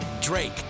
Drake